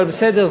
אבל בסדר,